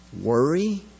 worry